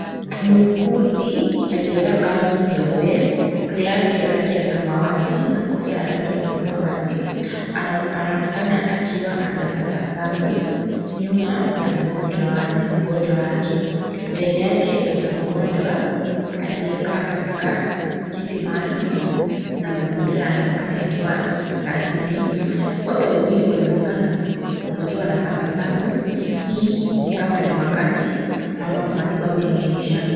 Muuguzi aliyevaa kanzu nyeupe, glavu ya rangi ya samawati, na kofia ya rangi ya samawati, anaonekana akiwa anatabasamu, nyuma wa mgonjwa wake, mbele yake kuna mgonjwa aliyekaa Katika kiti maalum na mazingira yanaonekana katika ya hospitalini, wote wawili wanaonekana wanatabasamu hii ni Kama wakati ambapo matibabu yameisha.